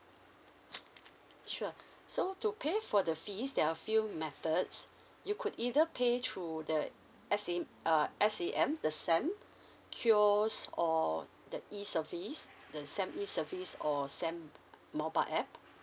sure so to pay for the fees there are few methods you could either pay through the S_A~ uh S_A_M the sam kiosk or the E service the sam E service or sam mobile app